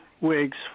wigs